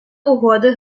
угоди